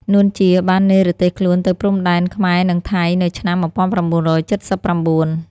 នួន ជា បាននិរទេសខ្លួនទៅព្រំដែនខ្មែរ-ថៃ នៅឆ្នាំ១៩៧៩ ។